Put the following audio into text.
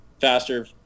faster